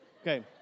Okay